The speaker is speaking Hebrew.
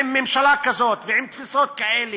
עם ממשלה כזאת ועם תפיסות כאלה,